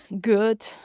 good